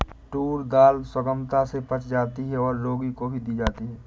tour दाल सुगमता से पच जाती है और रोगी को भी दी जाती है